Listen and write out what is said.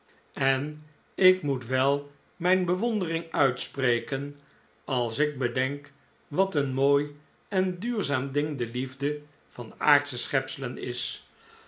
en ik moet wel mijn bewondering uitspreken als ik bedenk wat een mooi en duurzaam ding de liefde van aardsche schepselen is